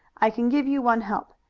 i can give you one help.